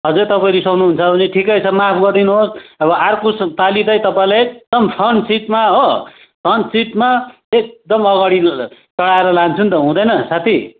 अझै तपाईँ रिसाउनुहुन्छ भने ठिकै छ माफ गरिदिनुहोस् अब अर्कोपालि तै तपाईँलाई एकदम फ्रन्ट सिटमा हो फ्रन्ट सिटमा एकदम अगाडि चढाएर लान्छु नि त हुँदैन साथी